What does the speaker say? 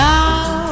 Now